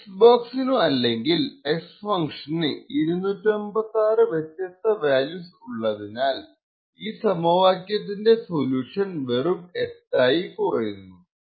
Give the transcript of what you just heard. s box നു അല്ലെങ്കിൽ s function ന് 256 വ്യത്യസ്ത വാല്യൂസ് ഉള്ളതിനാൽ ഈ സമവാക്യത്തിന്റെ സൊല്യൂഷൻ വെറും എട്ടായി കുറയുന്നു